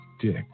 dick